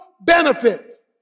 benefit